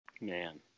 Man